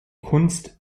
kunst